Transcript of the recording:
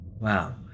Wow